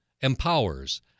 empowers